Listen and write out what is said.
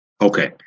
okay